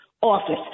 office